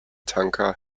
tanker